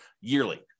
yearly